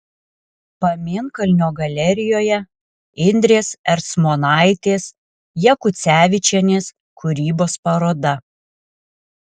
pamėnkalnio galerijoje indrės ercmonaitės jakucevičienės kūrybos paroda